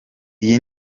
iyi